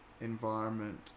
environment